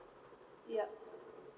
yup